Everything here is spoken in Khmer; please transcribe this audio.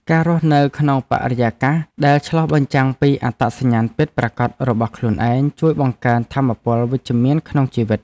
ការរស់នៅក្នុងបរិយាកាសដែលឆ្លុះបញ្ចាំងពីអត្តសញ្ញាណពិតប្រាកដរបស់ខ្លួនឯងជួយបង្កើនថាមពលវិជ្ជមានក្នុងជីវិត។